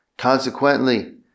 Consequently